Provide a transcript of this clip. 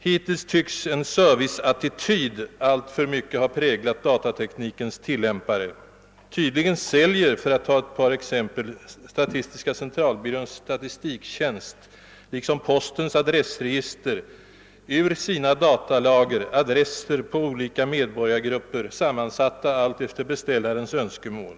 Hittills tycks en serviceattityd alltför mycket ha präglat datateknikens tilllämpare. Tydligen säljer, för att ta ett par exempel, statistiska centralbyråns statistiktjänst liksom postens adressregister ur sina datalager adresser på olika medborgargrupper, sammansatta alltefter beställarens önskemål.